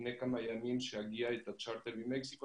לפני כמה ימים כשהגיע הצ'רטר ממקסיקו